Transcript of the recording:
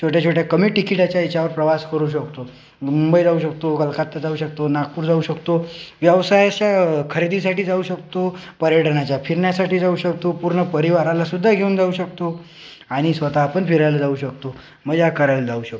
छोट्याछोट्या कमी तिकीटाच्या याच्यावर प्रवास करू शकतो मुंबई जाऊ शकतो कलकत्ता जाऊ शकतो नागपूर जाऊ शकतो व्यवसायाच्या खरेदीसाठी जाऊ शकतो पर्यटनाच्या फिरण्यासाठी जाऊ शकतो पूर्ण परिवारालासुद्धा घेऊन जाऊ शकतो आणि स्वतःपण फिरायला जाऊ शकतो मजा करायला जाऊ शकतो